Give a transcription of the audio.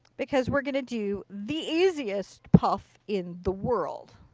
because we're going to do the easiest puff in the world.